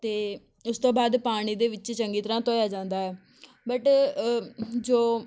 ਅਤੇ ਉਸ ਤੋਂ ਬਾਅਦ ਪਾਣੀ ਦੇ ਵਿੱਚ ਚੰਗੀ ਤਰ੍ਹਾਂ ਧੋਇਆ ਜਾਂਦਾ ਹੈ ਬਟ ਜੋ